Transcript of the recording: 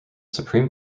supreme